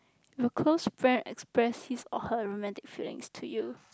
if a close friend express his or her romantic feelings to you